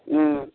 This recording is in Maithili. हूँ